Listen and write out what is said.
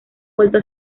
vuelto